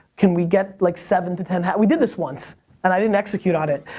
can we get, like, seven to ten, we did this once and i didn't execute on it.